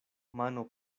mano